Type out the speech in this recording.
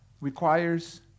requires